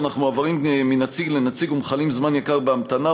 אך מועברים מנציג לנציג ומכלים זמן יקר בהמתנה,